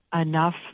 enough